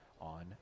on